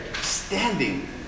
standing